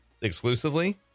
exclusively